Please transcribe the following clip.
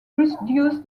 reduce